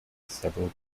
several